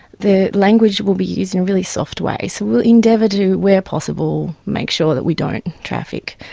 the language will be used in a really soft way, so we'll endeavour to where possible make sure that we don't traffic.